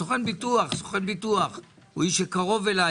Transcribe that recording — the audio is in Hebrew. סוכן ביטוח הוא איש שקרוב אלי,